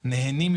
"נהנים",